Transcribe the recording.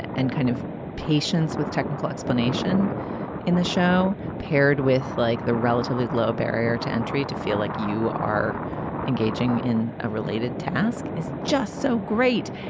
and kind of patience with technical explanation in the show paired with like the relatively low barrier to entry to feel like you are engaging in a related task is just so great.